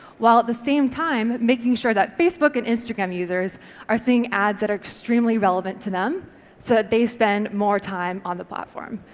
while at the same time making sure that facebook and instagram users are seeing ads that are extremely relevant to them so that they spend more time on the platform.